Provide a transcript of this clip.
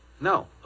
No